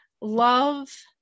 love